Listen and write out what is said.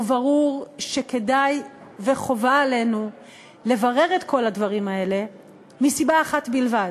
וברור שכדאי וחובה עלינו לברר את כל הדברים האלה מסיבה אחת בלבד: